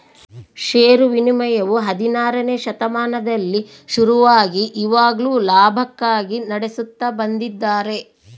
ಷೇರು ವಿನಿಮಯವು ಹದಿನಾರನೆ ಶತಮಾನದಲ್ಲಿ ಶುರುವಾಗಿ ಇವಾಗ್ಲೂ ಲಾಭಕ್ಕಾಗಿ ನಡೆಸುತ್ತ ಬಂದಿದ್ದಾರೆ